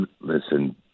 Listen